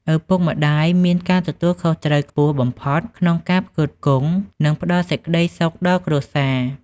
ឪពុកម្ដាយមាន ការទទួលខុសត្រូវខ្ពស់បំផុត ក្នុងការផ្គត់ផ្គង់ និងផ្ដល់សេចក្តីសុខដល់គ្រួសារ។